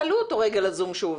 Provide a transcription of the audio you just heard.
תעלו אותו רגע לזום שוב.